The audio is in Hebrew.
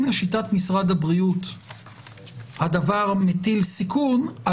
אם לשיטת משרד הבריאות הדבר מטיל סיכון,